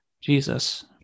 Jesus